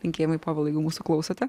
linkėjimai povilai jei mūsų klausote